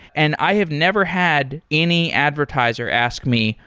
and i have never had any advertiser ask me,